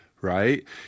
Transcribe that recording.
right